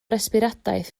resbiradaeth